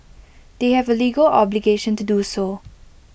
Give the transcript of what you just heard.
they have A legal obligation to do so